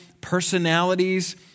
personalities